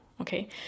Okay